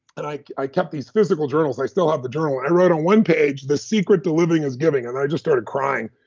and i i kept these physical journals, i still have the journal, and i wrote on one page, the secret to living is giving. and i just started crying.